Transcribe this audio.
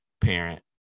parent